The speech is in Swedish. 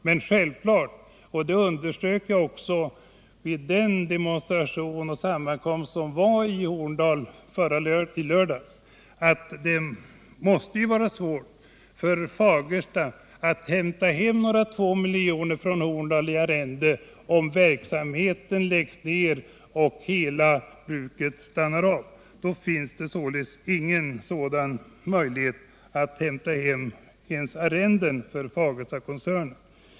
Men självfallet — det underströk jag också vid demonstrationen och sammankomsten i Horndal i lördags — måste det vara svårt för Fagersta att hämta hem 2 miljoner från Horndal i arrende om verksamheten läggs ner och hela bruket stannar. Då finns således ingen sådan möjlighet att hämta hem ens arrenden för Fagerstakoncernen.